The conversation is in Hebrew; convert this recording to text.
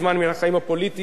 אני חושב שהדבר הנדרש,